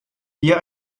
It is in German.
bier